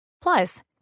plus